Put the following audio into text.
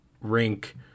rink